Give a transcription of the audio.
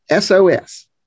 SOS